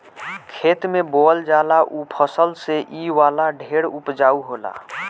खेत में बोअल जाला ऊ फसल से इ वाला ढेर उपजाउ होला